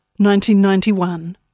1991